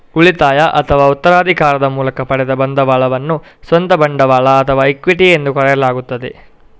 ಉಳಿತಾಯ ಅಥವಾ ಉತ್ತರಾಧಿಕಾರದ ಮೂಲಕ ಪಡೆದ ಬಂಡವಾಳವನ್ನು ಸ್ವಂತ ಬಂಡವಾಳ ಅಥವಾ ಇಕ್ವಿಟಿ ಎಂದು ಕರೆಯಲಾಗುತ್ತದೆ